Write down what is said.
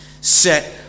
set